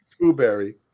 Blueberry